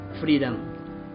freedom